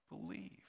believe